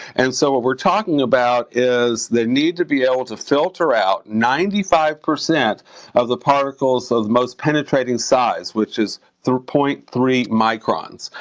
and so, what we're talking about is the need to be able to filter out ninety five percent of the particles of the most penetrating size, which is zero point three microns.